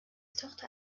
tochter